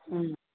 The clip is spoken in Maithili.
हँ